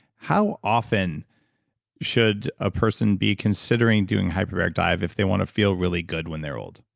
how often should a person be considering doing hyperbaric dive if they want to feel really good when they're old?